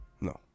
No